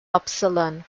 upsilon